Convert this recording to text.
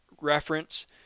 reference